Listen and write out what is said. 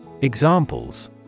Examples